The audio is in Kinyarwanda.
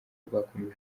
bwakomeje